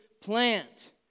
plant